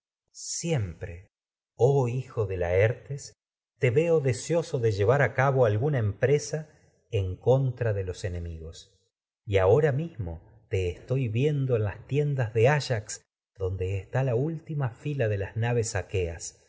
siempre seoso oh hijo de laertes te veo de de llevar a cabo alguna empresa en contra de tus estoy viendo en enbmigos das y ahora mismo te está las las tien naves de ayax donde y la última fila de aqueas